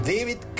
David